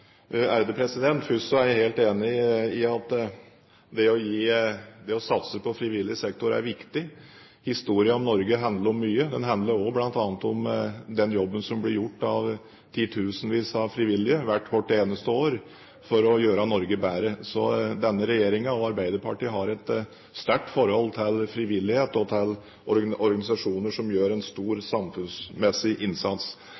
Først er jeg helt enig i at det å satse på frivillig sektor er viktig. Historien om Norge handler om mye. Den handler også om den jobben som blir gjort av titusenvis av frivillige hvert eneste år for å gjøre Norge bedre. Denne regjeringen, og Arbeiderpartiet, har et sterkt forhold til frivillighet og til organisasjoner som gjør en stor samfunnsmessig innsats.